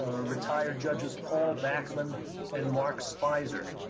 ah retired judges, paul backman and mark speizer.